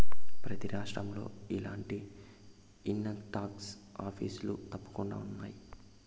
ప్రతి రాష్ట్రంలో ఇలాంటి ఇన్కంటాక్స్ ఆఫీసులు తప్పకుండా ఉన్నాయి